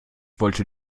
wollte